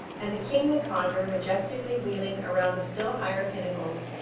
and the kingly condor majestically wheeling around the still higher pinnacles,